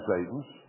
Satan's